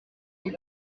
les